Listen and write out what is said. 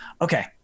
Okay